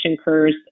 occurs